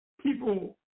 people